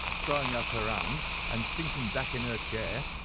throwing up her hands and sinking back in her chair.